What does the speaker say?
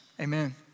Amen